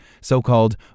so-called